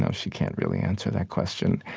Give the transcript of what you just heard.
ah she can't really answer that question.